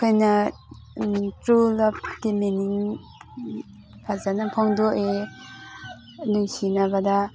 ꯑꯩꯈꯣꯏꯅ ꯇ꯭ꯔꯨ ꯂꯕꯀꯤ ꯃꯤꯅꯤꯡ ꯐꯖꯅ ꯐꯣꯡꯗꯣꯛꯑꯦ ꯅꯨꯡꯁꯤꯅꯕꯗ